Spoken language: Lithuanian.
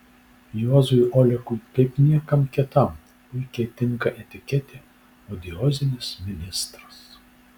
juozui olekui kaip niekam kitam puikiai tinka etiketė odiozinis ministras